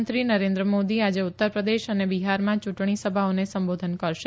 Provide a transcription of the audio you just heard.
પ્રધાનમંત્રી નરેન્દ્ર મોદી આજે ઉત્તર પ્રદેશ અને બિહારમાં યુંટણી સભાઓને સંબોધન કરશે